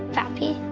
papi,